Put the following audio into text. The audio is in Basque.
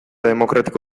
demokratiko